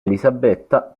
elisabetta